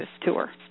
tour